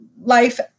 life